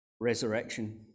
resurrection